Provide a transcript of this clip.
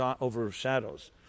overshadows